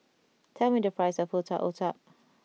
tell me the price of Otak Otak